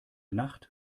nacht